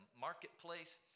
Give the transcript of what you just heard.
marketplace